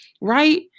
right